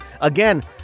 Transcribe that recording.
again